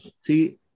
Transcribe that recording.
See